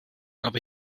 aber